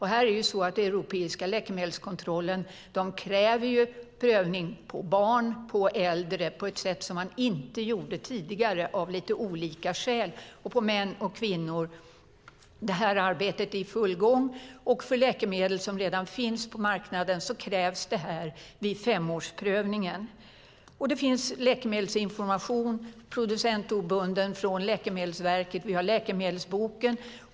Här är det så att den europeiska läkemedelskontrollen kräver prövning på barn och på äldre på ett sätt som man inte gjorde tidigare, av lite olika skäl, och även på män och kvinnor. Det arbetet är i full gång, och för läkemedel som redan finns på marknaden krävs det här vid femårsprövningen. Det finns producentobunden läkemedelsinformation från Läkemedelsverket. Vi har Läkemedelsboken .